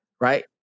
Right